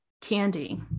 Candy